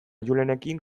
julenekin